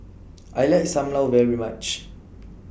I like SAM Lau very much